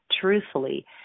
truthfully